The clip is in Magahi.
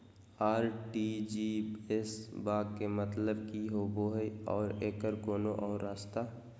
आर.टी.जी.एस बा के मतलब कि होबे हय आ एकर कोनो और रस्ता?